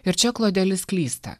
ir čia klodelis klysta